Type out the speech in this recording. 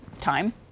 time